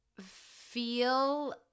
feel